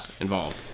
involved